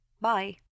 Bye